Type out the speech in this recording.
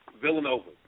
Villanova